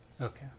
okay